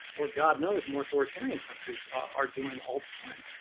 or god knows, more authoritarian countries are doing all the time.